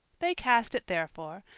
they cast it therefore,